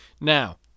now